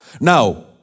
Now